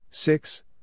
Six